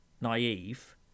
naive